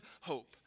hope